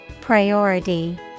Priority